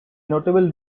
notable